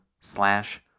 slash